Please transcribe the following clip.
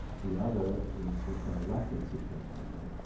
the other is with an elected superintendent.